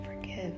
forgive